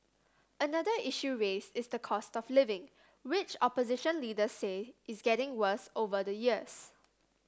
another issue raised is the cost of living which opposition leader say is getting worse over the years